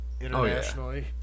Internationally